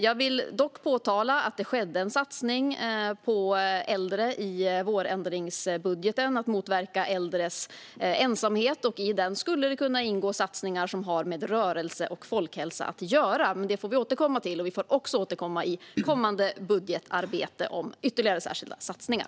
Jag vill dock påpeka att det skedde en satsning på äldre i vårändringsbudgeten som handlar om att motverka äldres ensamhet. Där skulle satsningar som har med rörelse och folkhälsa att göra kunna ingå, men det får vi återkomma till. Vi får också återkomma i kommande budgetarbete om ytterligare särskilda satsningar.